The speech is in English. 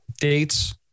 dates